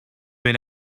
been